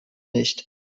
nicht